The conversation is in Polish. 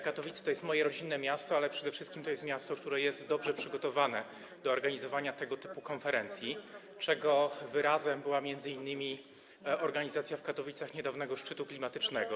Katowice to jest moje rodzinne miasto, ale przede wszystkim to jest miasto, które jest dobrze przygotowane do organizowania tego typu konferencji, czego wyrazem była m.in. organizacja w Katowicach niedawnego szczytu klimatycznego.